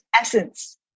essence